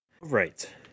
Right